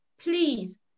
please